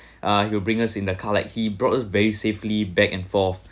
uh he will bring us in the car like he brought us very safely back and forth